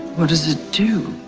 what does it do?